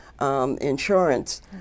Insurance